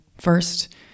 first